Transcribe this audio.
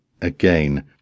Again